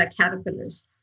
caterpillars